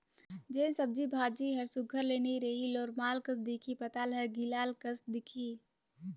जेन सब्जी भाजी हर सुग्घर ले नी रही लोरमाल कस दिखही पताल हर गिलाल कस दिखही